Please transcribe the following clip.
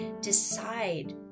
decide